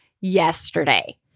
yesterday